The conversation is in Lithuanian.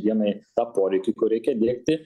dienai tą poreikį kur reikia diegti